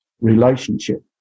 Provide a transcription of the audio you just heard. relationship